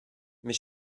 mes